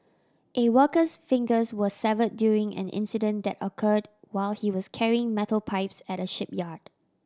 a worker's fingers were severed during an incident that occurred while he was carrying metal pipes at a shipyard